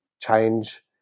change